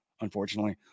unfortunately